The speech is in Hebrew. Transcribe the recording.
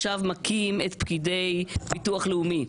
מכים את פקידי ביטוח לאומי,